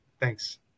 thanks